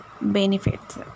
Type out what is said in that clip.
benefits